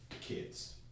kids